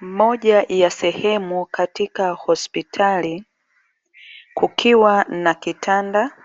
Moja ya sehemu katika hospitali, kukiwa na kitanda